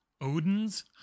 Odin's